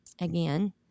Again